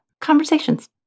Conversations